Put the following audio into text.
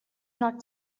not